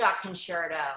concerto